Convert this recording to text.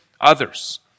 others